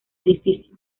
edificio